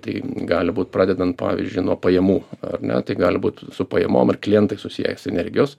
tai gali būt pradedant pavyzdžiui nuo pajamų ar ne tai gali būt su pajamom ir klientais susiję sinergijos